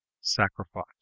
sacrifice